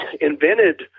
invented